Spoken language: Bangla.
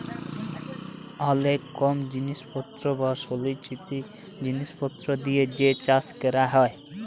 অলেক কম জিলিসপত্তর বা সলচিত জিলিসপত্তর দিয়ে যে চাষ ক্যরা হ্যয়